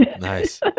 nice